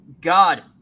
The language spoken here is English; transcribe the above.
God